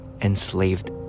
enslaved